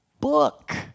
book